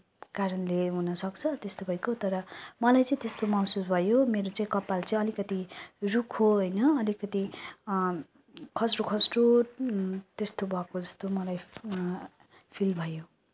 कारणले हुनसक्छ त्यस्तो भएको तर मलाई चाहिँ त्यस्तो महसुस भयो मेरो चाहिँ कपाल चाहिँ अलिकति रुखो होइन अलिकति खस्रो खस्रो त्यस्तो भएको जस्तो मलाई फिल भयो